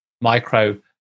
Micro